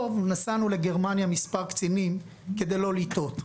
נסענו לגרמניה מספר קצינים כדי לא לטעות.